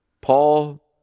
Paul